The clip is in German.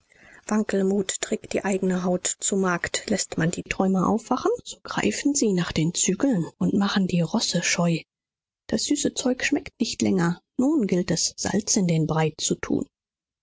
wankelmut trägt die eigne haut zu markt läßt man die träumer aufwachen so greifen sie nach den zügeln und machen die rosse scheu das süße zeug schmeckt nicht länger nun gilt es salz in den brei zu tun